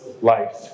life